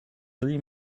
three